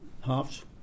half